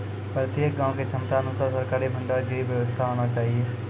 प्रत्येक गाँव के क्षमता अनुसार सरकारी भंडार गृह के व्यवस्था होना चाहिए?